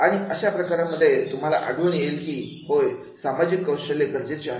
आणि अशा प्रकारांमध्ये तुम्हाला आढळून येईल की होय सामाजिक कौशल्य गरजेचे आहेत